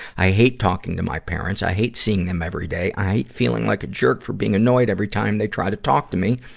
i hate talking to my parents. i hate seeing them every day. i hate feeling like a jerk for being annoyed every time they try to talk to me,